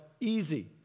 easy